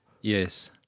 Yes